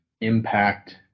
impact